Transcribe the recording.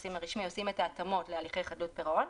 הנכסים הרשמי ועושים את ההתאמות להליכי חדלות פירעון.